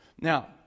now